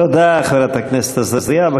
תודה לחברת הכנסת עזריה.